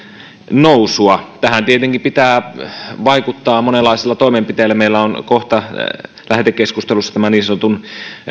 nousua tähän tietenkin pitää vaikuttaa monenlaisilla toimenpiteillä meillä on kohta lähetekeskustelussa tämä niin sanotun